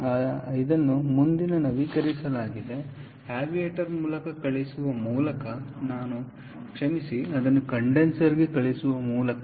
ಆದ್ದರಿಂದ ಇದನ್ನು ಮುಂದಿನ ನವೀಕರಿಸಲಾಗಿದೆ ಅದನ್ನು ಆವಿಯೇಟರ್ ಮೂಲಕ ಕಳುಹಿಸುವ ಮೂಲಕ ನಾನು ಕ್ಷಮಿಸಿ ಅದನ್ನು ಕಂಡೆನ್ಸರ್ಗೆ ಕಳುಹಿಸುವ ಮೂಲಕ